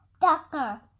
Doctor